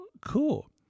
cool